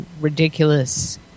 ridiculous